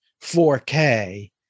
4K